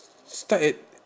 start at